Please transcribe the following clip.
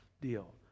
deal